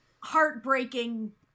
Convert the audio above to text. heartbreaking